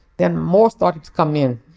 then more started to come in.